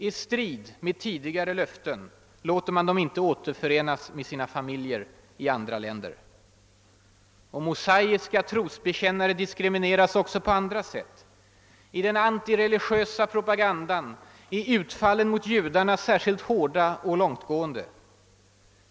I strid med tidigare löften låter man dem inte återförenas med sina familjer i andra länder. Mosaiska trosbekännare diskrimineras också på andra sätt. I den antireligiösa propagandan är utfallen mot judarna särskilt hårda och långtgående.